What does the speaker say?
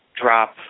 drop